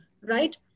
right